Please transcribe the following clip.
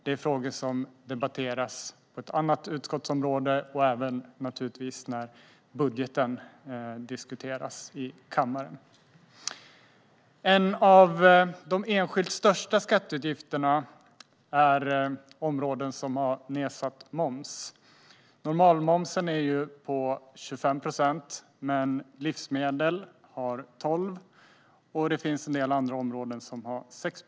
Det är dock frågor som debatteras i ett annat utskottsområde och givetvis även när budgeten diskuteras i kammaren. En av de enskilt största skatteutgifterna är de områden som har nedsatt moms. Normalmomsen är 25 procent, men livsmedel har 12 procent och en del andra områden 6 procent.